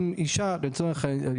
אישה לצורך העניין,